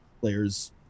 players